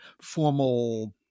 formal